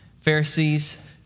Pharisees